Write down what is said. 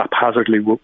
haphazardly